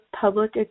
public